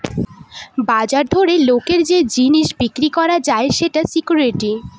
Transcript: বাজার দরে লোকের যে জিনিস বিক্রি করা যায় সেটা সিকুইরিটি